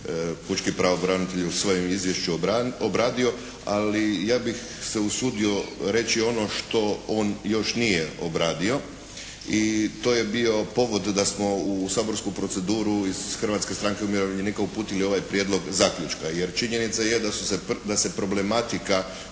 pučki pravobranitelj u svojem izvješću obradio. Ali, ja bih se usudio reći ono što on još nije obradio. I to je bio povod da smo u saborsku proceduru iz Hrvatske stranke umirovljenika uputili ovaj prijedlog zaključka. Jer činjenica je da se problematika